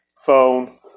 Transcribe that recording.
Phone